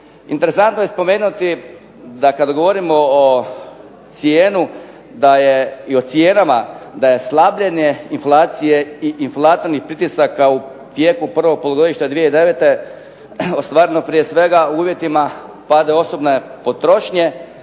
Interesantno je spomenuti da kad govorimo o cijeni i o cijenama da slabljenje inflacije i inflatornih pritisaka u tijeku prvog polugodišta 2009. ostvareno prije svega u uvjetima pada osobne potrošnje,